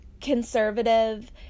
conservative